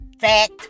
fact